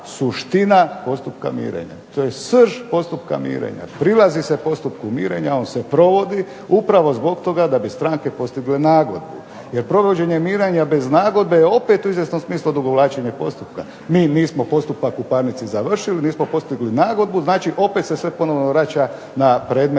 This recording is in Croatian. suština postupka mirenja, to je srž postupka mirenja, prilazi se postupku mirenja, on se provodi upravo zbog toga da bi stranke postigle nagodbu. Jer provođenja mirenja bez nagodbe je opet u izvjesnom smislu odugovlačenje postupka. Mi nismo postupak u parnici završili, nismo postigli nagodbu, znači opet se sve ponovno vraća na predmet